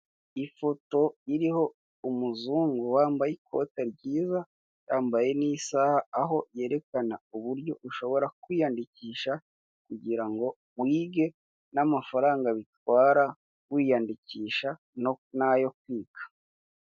Ifoto iriho umuzungu wambaye ikote ryiza, yambaye n'isaha, aho yerekana uburyo ushobora kwiyandikisha kugira ngo wige, n'amafaranga bitwara wiyandikisha, n'ayo kwiga.